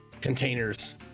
containers